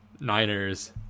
Niners